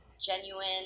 genuine